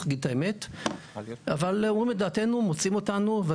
מגיעים לדיונים,